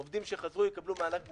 עובדים שחזרו יקבלו מענק מופחת.